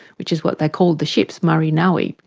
which was what they called the ships, mari nawi,